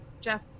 Jeff